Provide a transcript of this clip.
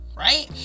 Right